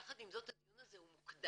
יחד עם זאת, הדיון הזה הוא מוקדם.